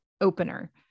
opener